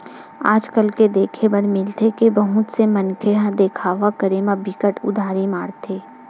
आज कल देखे बर मिलथे के बहुत से मनखे ह देखावा करे म बिकट उदारी मारथे